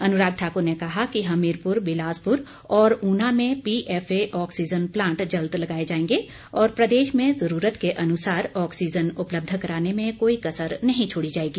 अनुराग ठाकुर ने कहा कि हमीरपुर बिलासपुर और ऊना में पीएफए ऑक्सीजन प्लांट जल्द लगाए जाएंगे और प्रदेश में जरूरत के अनुसार ऑक्सीजन उपलब्ध कराने में कोई कसर नहीं छोडी जाएगी